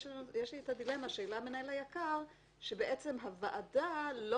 יש לי את הדילמה שהעלה מנהל היק"ר שבעצם הוועדה לא